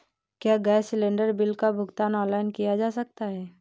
क्या gas cylinder bill का भुगतान ऑनलाइन किया जा सकता है?